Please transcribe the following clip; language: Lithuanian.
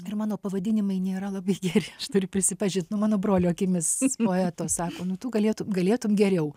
ir mano pavadinimai nėra labai geri aš turiu prisipažint nu mano brolio akimis poeto sako nu tu galėtum galėtum geriau